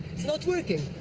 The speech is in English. it's not working.